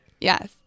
Yes